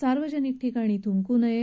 सार्वजनिक ठिकाणी थुंकू नये